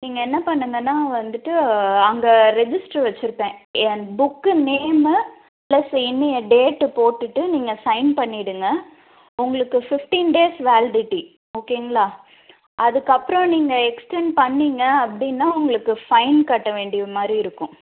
நீங்கள் என்ன பண்ணுங்கன்னா வந்துவிட்டு அங்கே ரெஜிஸ்டர் வச்சுருப்பேன் ஏன் புக்கு நேமு பிளஸ் இன்றைய டேட்டு போட்டுவிட்டு நீங்கள் சைன் பண்ணிவிடுங்க உங்களுக்கு பிஃப்ட்டீன் டேஸ் வேல்டிட்டி ஓகேங்களா அதற்கு அப்புறோ நீங்கள் எக்ஸ்டன் பண்ணிங்க அப்படினா உங்களுக்கு பைன் வேண்டிய மாதிரி இருக்கும்